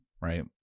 right